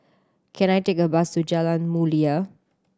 can I take a bus to Jalan Mulia